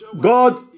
God